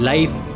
Life